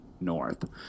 north